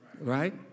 Right